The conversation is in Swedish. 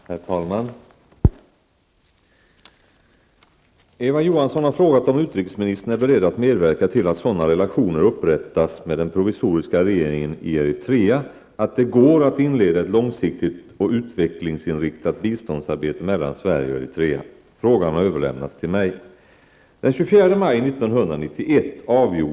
Herr talman! Eva Johansson har frågat om utrikesministern är beredd att medverka till att sådana relationer upprättas med den provisoriska regeringen i Eritrea att det går att inleda ett långsiktigt och utvecklingsinriktat biståndsarbete mellan Sverige och Eritrea. Frågan har överlämnats till mig. Asmara.